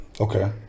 Okay